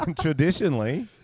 Traditionally